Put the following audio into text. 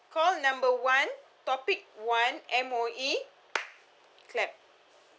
call number one topic one M_O_E clap